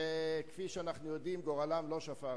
שכפי שאנחנו יודעים, גורלם לא שפר עליהם.